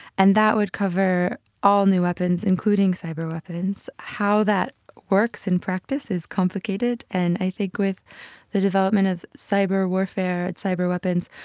and that would cover all new weapons, including cyber weapons. how that works in practice is complicated, and i think with the development of cyber warfare, and cyber weapons,